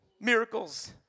Miracles